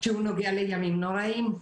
נוגע לימים הנוראיים.